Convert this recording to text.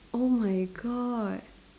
oh my God